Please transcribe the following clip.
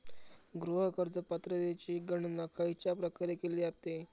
गृह कर्ज पात्रतेची गणना खयच्या प्रकारे केली जाते?